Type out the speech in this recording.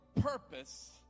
purpose